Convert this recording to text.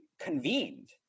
convened